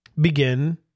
begin